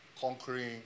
conquering